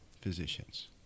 physicians